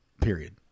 Period